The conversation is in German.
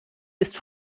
ist